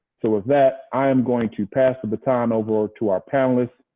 so with that, i am going to pass the baton over to our panelists.